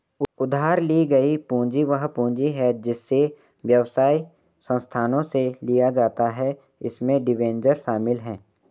उधार ली गई पूंजी वह पूंजी है जिसे व्यवसाय संस्थानों से लिया जाता है इसमें डिबेंचर शामिल हैं